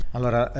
Allora